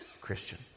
Christian